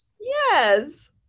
Yes